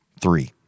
three